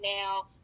now